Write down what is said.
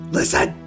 Listen